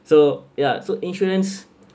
so ya so insurance